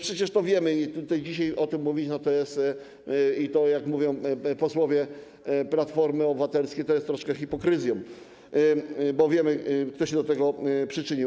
Przecież to wiemy i dzisiaj o tym mówić, jak to mówią posłowie Platformy Obywatelskiej, to jest troszkę hipokryzja, bo wiemy, kto się do tego przyczynił.